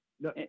No